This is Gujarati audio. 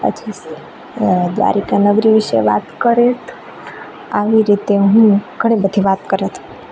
પછી દ્વારકા નગરી વિશે વાત કરત આવી રીતે હું ઘણી બધી વાત કરત